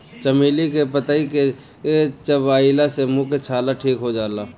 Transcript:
चमेली के पतइ के चबइला से मुंह के छाला ठीक हो जाला